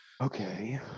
Okay